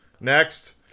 Next